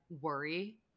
worry